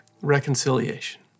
reconciliation